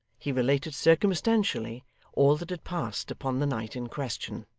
he related circumstantially all that had passed upon the night in question.